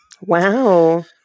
Wow